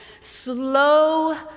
slow